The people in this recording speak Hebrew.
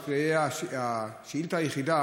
שזו תהיה השאילתה היחידה